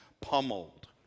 pummeled